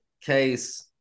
case